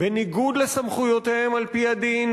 בניגוד לסמכויותיהם על-פי הדין,